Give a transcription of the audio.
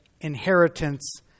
inheritance